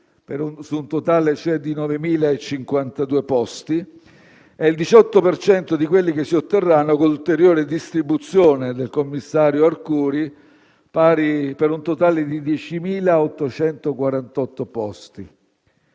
su un totale di 9.052 posti; è il 18 per cento di quelli che si otterranno con l'ulteriore distribuzione del commissario Arcuri, per un totale di 10.848 posti.